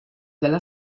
della